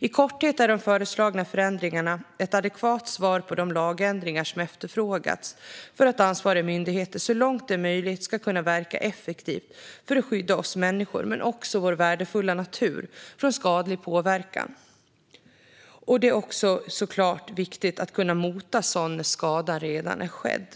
I korthet är de föreslagna förändringarna ett adekvat svar på de lagändringar som har efterfrågats för att ansvariga myndigheter så långt det är möjligt ska kunna verka effektivt för att skydda oss människor men också vår värdefulla natur från skadlig påverkan. Det är såklart också viktigt att kunna mota sådan när skadan redan är skedd.